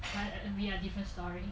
and we are different story